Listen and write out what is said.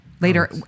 later